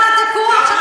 היהדות לא משתנה,